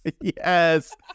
Yes